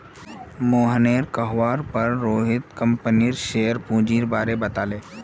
मोहनेर कहवार पर रोहित कंपनीर शेयर पूंजीर बारें बताले